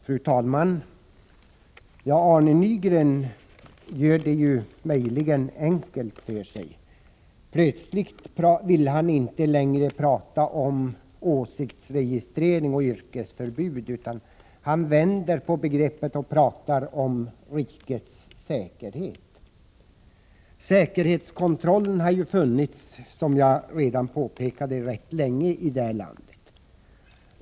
Fru talman! Arne Nygren gör det möjligen enkelt för sig. Plötsligt vill han inte längre tala om åsiktsregistrering eller yrkesförbud. Han vänder på begreppen och börjar tala om rikets säkerhet. Säkerhetskontrollen har ju funnits, som jag redan påpekade, rätt länge i det här landet.